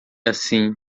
assim